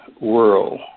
world